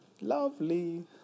Lovely